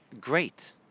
great